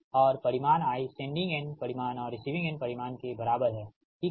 और परिमाण I sending end परिमाण और रिसीविंग एंड परिमाण के बराबर है ठीक है